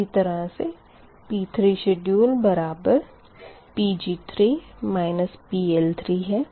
इसी तरह से P3 शेड्युल बराबर Pg3 PL3 है